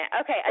Okay